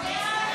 לא